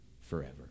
forever